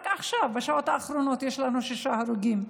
רק עכשיו, בשעות האחרונות, יש לנו שישה הרוגים.